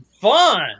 fun